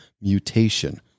mutation